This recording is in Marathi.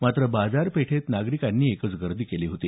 मात्र बाजार पेठेत नागरिकांनी एकच गर्दी केली होती